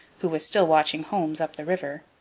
who was still watching holmes up the river,